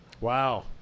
Wow